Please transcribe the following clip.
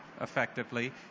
effectively